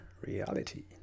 reality